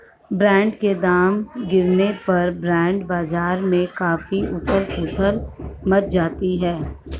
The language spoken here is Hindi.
बॉन्ड के दाम गिरने पर बॉन्ड बाजार में काफी उथल पुथल मच जाती है